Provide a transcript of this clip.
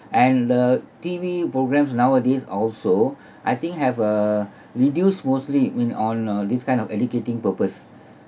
and the T_V programmes nowadays also I think have a reduced mostly when on uh this kind of educating purpose